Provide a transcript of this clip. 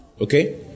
Okay